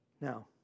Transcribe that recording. Now